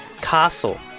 Castle